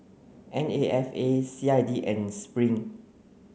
N A F A C I D and Spring